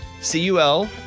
C-U-L